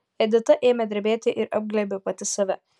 edita ėmė drebėti ir apglėbė pati save